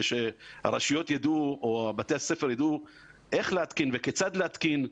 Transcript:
שהרשויות או בתי הספר ידעו איך להתקין וכיצד להתקין,